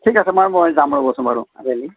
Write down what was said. ঠিক আছে মই মই যাম ৰ'বচোন বাৰু আবেলি